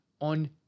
on